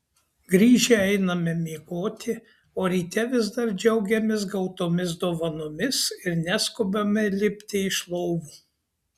grįžę einame miegoti o ryte vis dar džiaugiamės gautomis dovanomis ir neskubame lipti iš lovų